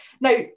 Now